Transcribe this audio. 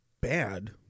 bad